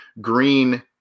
Green